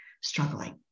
struggling